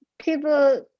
people